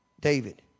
David